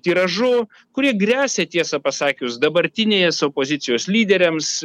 tiražu kurie gresia tiesą pasakius dabartinės opozicijos lyderiams